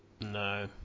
No